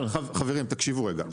חברים, תקשיבו רגע.